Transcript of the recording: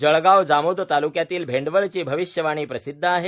जळगाव जामोद तालुक्यातील भेंडवळची भविष्यवाणी प्रसिद्ध आहे